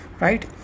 right